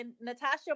Natasha